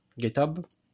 GitHub